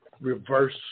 reverse